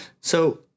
So-